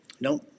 no